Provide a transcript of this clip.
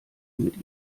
mit